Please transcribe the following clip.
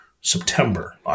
September